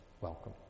Welcome